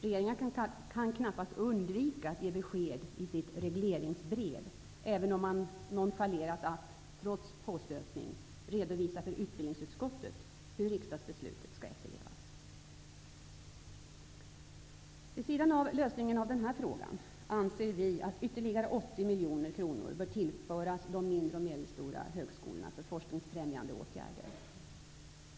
Regeringen kan knappast undvika att ge besked i sitt regleringsbrev, även om den nonchalerat att, trots påstötning, redovisa för utbildningsutskottet hur riksdagsbeslutet skall efterlevas. Vid sidan av lösningen av denna fråga anser vi att ytterligare 80 miljoner kronor bör tillföras de mindre och medelstora högskolorna för forskningsfrämjande åtgärder.